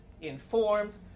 informed